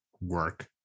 work